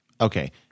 Okay